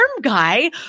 guy